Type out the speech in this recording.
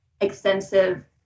extensive